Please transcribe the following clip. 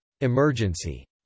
Emergency